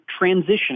transitioning